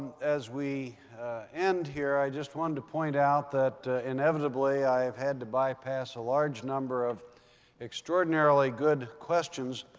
as we end here, i just wanted to point out that, inevitably, i have had to bypass a large number of extraordinarily good questions,